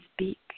speak